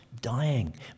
dying